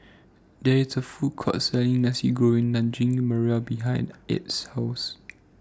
There IS A Food Court Selling Nasi Goreng Daging Merah behind Add's House